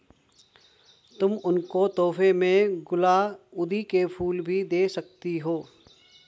तुम उनको तोहफे में गुलाउदी के फूल भी दे सकती हो